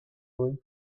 aurez